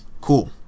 cool